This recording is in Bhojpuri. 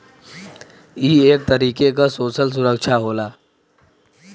ई एक तरीके क सोसल सुरक्षा होला